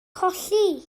colli